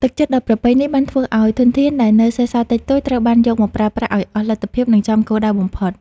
ទឹកចិត្តដ៏ប្រពៃនេះ បានធ្វើឱ្យធនធានដែលនៅសេសសល់តិចតួច ត្រូវបានយកមកប្រើប្រាស់ឱ្យអស់លទ្ធភាព និងចំគោលដៅបំផុត។